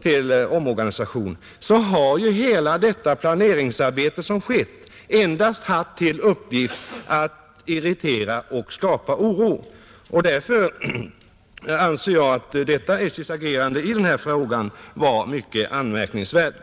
till omorganisation som skall komma, har ju hela det planeringsarbete som skett endast haft till uppgift att irritera och skapa oro. Därför anser jag att detta SJ:s agerande i denna fråga var mycket anmärkningsvärt.